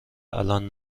الان